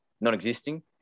non-existing